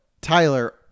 Tyler